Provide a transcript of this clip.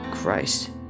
Christ